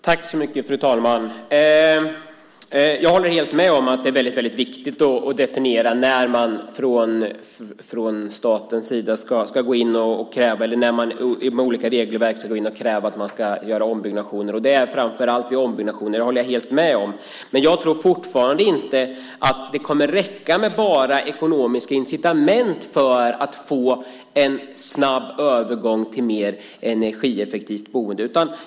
Fru talman! Jag håller med om att det är väldigt viktigt att definiera när man från statens sida ska gå in med olika regelverk och kräva att det görs en ombyggnation. Men jag tror fortfarande inte att det kommer att räcka med bara ekonomiska incitament för att få en snabb övergång till ett mer energieffektivt boende.